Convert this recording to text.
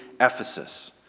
Ephesus